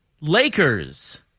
Lakers